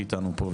שאיתנו פה,